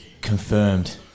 confirmed